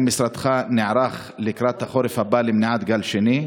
האם משרדך נערך לקראת החורף הבא למניעת גל שני?